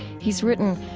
he's written,